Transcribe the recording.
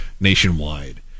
nationwide